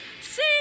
See